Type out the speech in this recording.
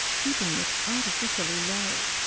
keeping it artificially low.